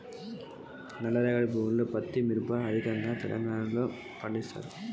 నల్లరేగడి నేలల్లో ఏ పంట సాగు చేస్తారు?